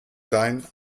sein